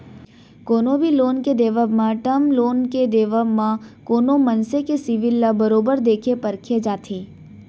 कोनो भी लोन के देवब म, टर्म लोन के देवब म कोनो मनसे के सिविल ल बरोबर देखे परखे जाथे